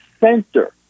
center